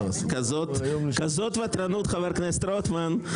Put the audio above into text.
כזאת ותרנות, חבר הכנסת רוטמן.